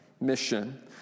Mission